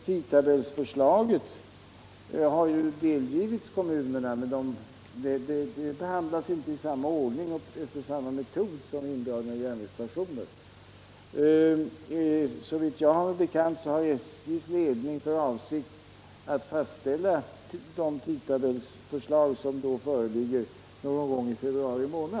Tidtabellsförslaget har ju delgivits kommunerna, men det behandlas inte i samma ordning och efter samma metod som indragning av järnvägsstationer. Såvitt jag har mig bekant har SJ:s ledning för avsikt att någon gång i februari månad fastställa de tidtabellsförslag som då föreligger.